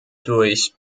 durch